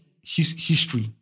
history